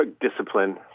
Discipline